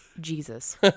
Jesus